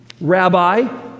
Rabbi